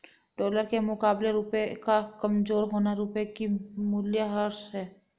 dollar के मुकाबले रुपए का कमज़ोर होना रुपए का मूल्यह्रास है